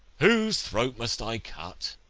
whose throat must i cut?